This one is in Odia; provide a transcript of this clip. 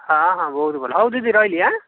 ହଁ ହଁ ବହୁତ ଭଲ ହେଉ ଦିଦି ରହିଲି ହାଁ